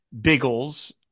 Biggles